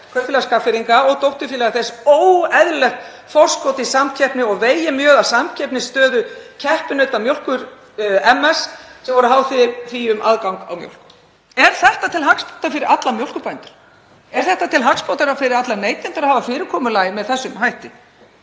Kaupfélagi Skagfirðinga og dótturfélagi þess óeðlilegt forskot í samkeppni og vegið mjög að samkeppnisstöðu keppinauta MS sem voru háðir henni um aðgang á mjólk. Er þetta til hagsbóta fyrir alla mjólkurbændur? Er þetta til hagsbóta fyrir alla neytendur að hafa fyrirkomulagið með þessum hætti?